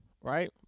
right